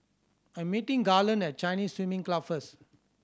I'm meeting Garland at Chinese Swimming Club first